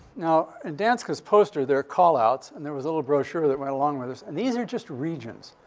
now, in danska's poster, there are call-outs, and there was a little brochure that went along with this. and these are just regions.